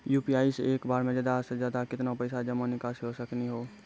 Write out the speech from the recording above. UPI से एक बार मे ज्यादा से ज्यादा केतना पैसा जमा निकासी हो सकनी हो?